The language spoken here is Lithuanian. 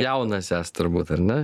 jaunas esat turbūt ar ne